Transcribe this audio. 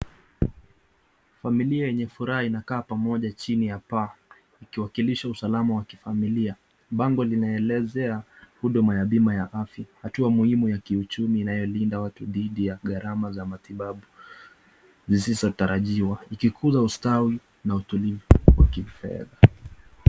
Familia yenye furaha inakaa pamoja chini ya paa, ikiwakilisha usalama wa kifamilia. Bango linaelezea huduma ya bima ya afya, hatua muhimu ya kiuchumi inayolinda watu dhidi ya gharama za matibabu zisizo tarajiwa ikikuza ustawi na utulivu wa kifedha.